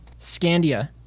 Scandia